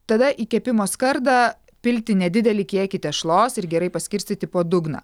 tada į kepimo skardą pilti nedidelį kiekį tešlos ir gerai paskirstyti po dugną